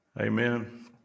Amen